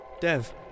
Dev